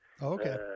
okay